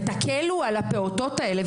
ותקלו על הפעוטות האלה,